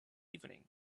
evening